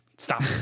Stop